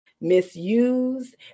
misused